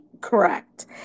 correct